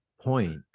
point